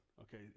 okay